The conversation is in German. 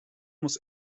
muss